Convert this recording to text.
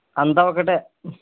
అంతా ఒకటే